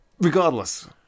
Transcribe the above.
Regardless